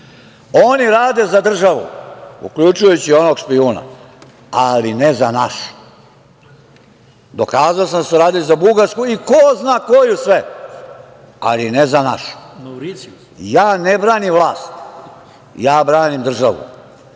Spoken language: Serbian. rade za državu, uključujući onog špijuna, ali ne za našu. Dokazao sam da su radili za Bugarsku i ko zna koju sve, ali ne za našu. Ja ne branim vlast, ja branim državu.